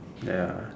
ya